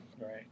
Right